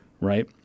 Right